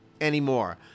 anymore